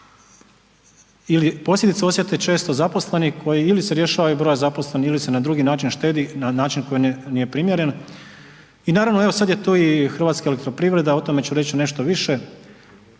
ili posljedice osjete često zaposleni koji ili se rješavaju broja zaposlenih ili se na drugi način štedi na način koji nije primjeren. I naravno evo sad je tu i Hrvatska elektroprivreda, o tome ću reći nešto više,